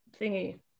thingy